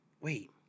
wait